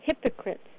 hypocrites